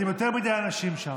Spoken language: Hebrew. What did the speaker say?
אתם יותר מדי אנשים שם.